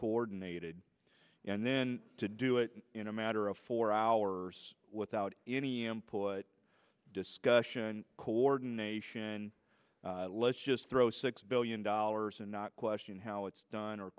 coordinated and then to do it in a matter of four hours without any employer discussion coordination let's just throw six billion dollars and not question how it's done or